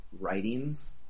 writings